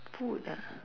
food ah